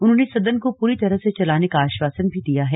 उन्होंने सदन को पूरी तरह से चलाने का आश्वासन भी दिया है